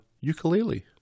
ukulele